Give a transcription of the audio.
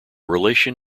relation